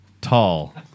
tall